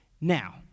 Now